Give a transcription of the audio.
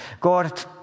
God